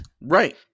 Right